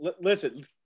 Listen